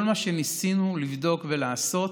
כל מה שניסינו לבדוק ולעשות,